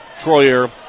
Troyer